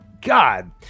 God